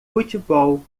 futebol